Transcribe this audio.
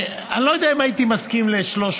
אני לא יודע אם הייתי מסכים ל-300%,